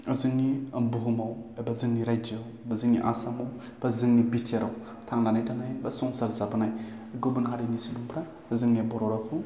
जोंनि बुहुमाव बा जोंनि रायजोआव बा जोंनि आसामाव बा जोंनि बिटिआरआव थांनानै थानो बा संसार जाबोनाय गुबुन हारिनि सुबुंफ्रा जोंनि बर' रावखौ